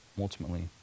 Ultimately